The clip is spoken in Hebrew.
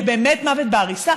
זה באמת מוות בעריסה?